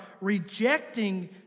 rejecting